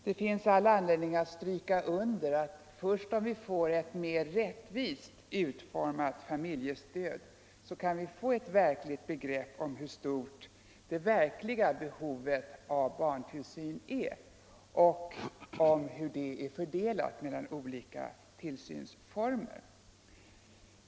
Det finns all anledning att stryka under att först om vi får ett mer rättvist utformat familjestöd kan vi få ett begrepp om hur stort det verkliga behovet av barntillsyn är och om hur det är fördelat mellan olika tillsynsformer.